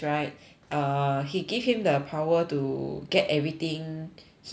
err he give him the power to get everything he wants